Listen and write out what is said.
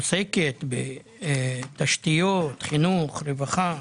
שהיא עוסקת בתשתיות, חינוך, רווחה,